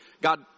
God